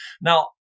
now